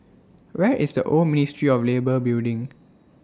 Where IS The Old Ministry of Labour Building